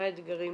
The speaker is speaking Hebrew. מה האתגרים